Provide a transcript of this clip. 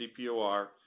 CPOR